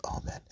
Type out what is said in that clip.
amen